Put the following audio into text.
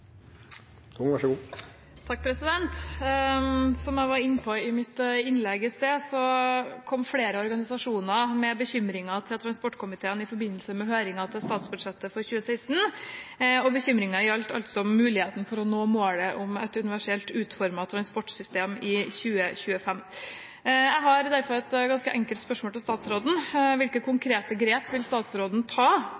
Som jeg var inne på i mitt innlegg i sted, kom flere organisasjoner med bekymringer om transportkomiteen i forbindelse med høringene om statsbudsjettet for 2016. Bekymringen gjaldt muligheten for å nå målet om et universelt utformet transportsystem i 2025. Jeg har derfor et ganske enkelt spørsmål til statsråden: Hvilke